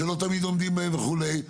שלא תמיד עומדים בהם וכולה.